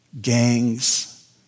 Gangs